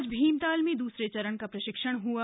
आज भीमताल में दूसरे चरण का प्रशिक्षण हआ